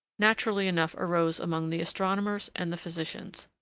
naturally enough arose among the astronomers and the physicians.